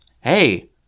Hey